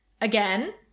again